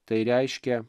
tai reiškia